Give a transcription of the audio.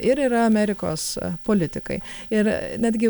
ir yra amerikos politikai ir netgi